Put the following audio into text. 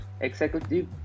executive